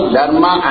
Dharma